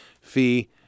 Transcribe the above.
fee